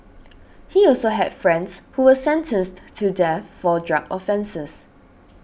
he also had friends who were sentenced to death for drug offences